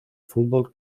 fútbol